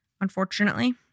unfortunately